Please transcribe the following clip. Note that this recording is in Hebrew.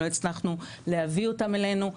לא הצלחנו להביא אותם אלינו,